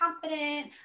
confident